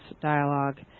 dialogue